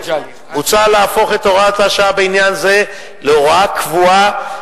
מוצע להפוך את הוראת השעה בעניין זה להוראה קבועה,